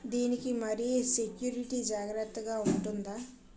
దీని కి మరి సెక్యూరిటీ జాగ్రత్తగా ఉంటుందా?